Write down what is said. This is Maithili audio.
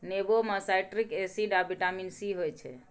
नेबो मे साइट्रिक एसिड आ बिटामिन सी होइ छै